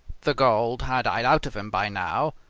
the gold had died out of him by now,